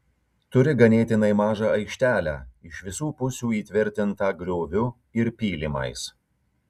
turi ganėtinai mažą aikštelę iš visų pusių įtvirtintą grioviu ir pylimais